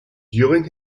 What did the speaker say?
during